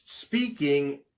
speaking